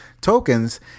tokens